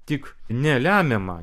tik ne lemiamą